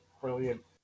brilliant